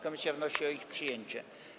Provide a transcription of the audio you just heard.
Komisja wnosi o ich przyjęcie.